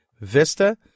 Vista